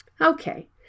Okay